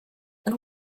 and